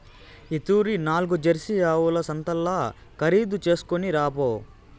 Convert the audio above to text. ఈ తూరి నాల్గు జెర్సీ ఆవుల సంతల్ల ఖరీదు చేస్కొని రాపో